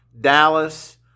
Dallas